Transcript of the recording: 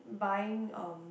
buying um